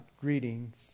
Greetings